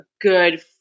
good